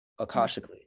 Akashically